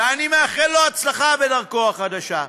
ואני מאחל לו הצלחה בדרכו החדשה.